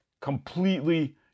Completely